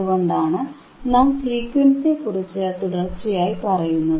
അതുകൊണ്ടാണ് നാം ഫ്രീക്വൻസിയെക്കുറിച്ച് തുടർച്ചയായി പറയുന്നത്